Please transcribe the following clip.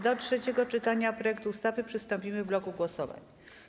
Do trzeciego czytania projektu ustawy przystąpimy w bloku głosowań.